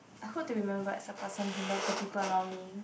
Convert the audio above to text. I hope to remembered as a person who loves the people around me